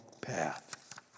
path